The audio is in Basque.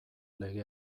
lege